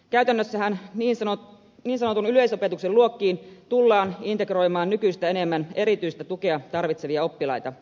käytännössähän niin sanotun yleisopetuksen luokkiin tullaan integroimaan nykyistä enemmän erityistä tukea tarvitsevia oppilaita